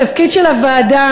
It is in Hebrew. התפקיד של הוועדה,